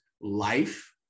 life